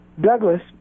douglas